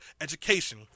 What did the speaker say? education